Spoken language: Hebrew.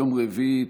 יום רביעי,